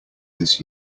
this